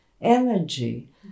energy